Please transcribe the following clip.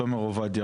תומר עובדיה,